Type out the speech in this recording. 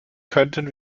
könnten